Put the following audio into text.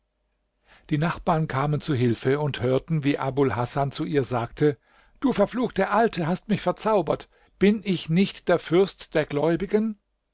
die nachbarn kamen zu hilfe und hörten wie abul hasan zu ihr sagte du verfluchte alte hast mich verzaubert bin ich nicht der fürst der gläubigen